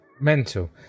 mental